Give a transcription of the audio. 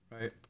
Right